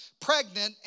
pregnant